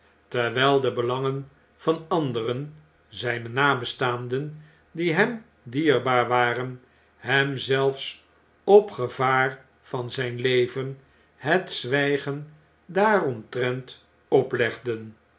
terwjjl de belangen van anderen zjjne naastbestaanden die hem dierbaar waren hem zelfs op gevaar van zjjn leven het zwijgen daaromtrent oplegden